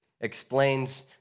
explains